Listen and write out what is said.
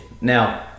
Now